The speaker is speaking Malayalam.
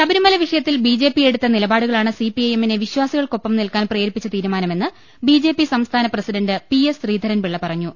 ശബരിമലവിഷയത്തിൽ ബിജെപി എടുത്ത നിലപാടുകളാണ് സിപിഐഎമ്മിനെ വിശ്വാസികൾക്കൊപ്പം നിൽക്കാൻ പ്രേരിപ്പിച്ച തീരുമാനമെന്ന് ബിജെപി സംസ്ഥാന president P S Sreedharan Pillai പറഞ്ഞു